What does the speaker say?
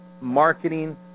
marketing